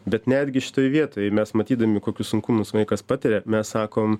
bet netgi šitoj vietoj mes matydami kokius sunkumus vaikas patiria mes sakom